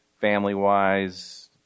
family-wise